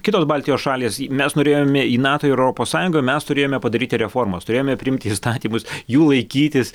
kitos baltijos šalys mes norėjome į nato ir europos sąjungą mes turėjome padaryti reformas turėjome priimti įstatymus jų laikytis